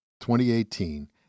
2018